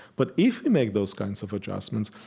but if you make those kinds of adjustments,